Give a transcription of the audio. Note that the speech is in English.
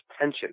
tension